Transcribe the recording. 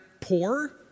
poor